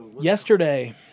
yesterday